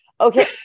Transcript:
Okay